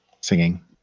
singing